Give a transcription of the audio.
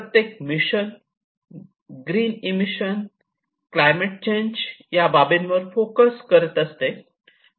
प्रत्येक mission green emission climate change या बाबींवर फोकस करत असते